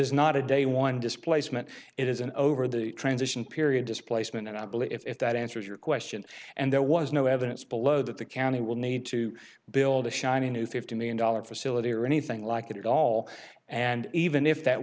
is not a day one displacement it is an over the transition period displacement and i believe if that answers your question and there was no evidence below that the county will need to build a shiny new fifty million dollar facility or anything like that at all and even if that